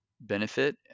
benefit